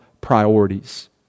priorities